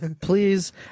please